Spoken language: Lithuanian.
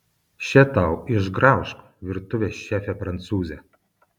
še tau išgraužk virtuvės šefe prancūze